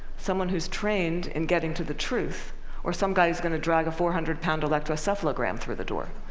someone who's trained in getting to the truth or some guy who's going to drag a four hundred pound electroencephalogram through the door?